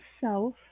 self